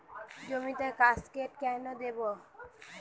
জমিতে কাসকেড কেন দেবো?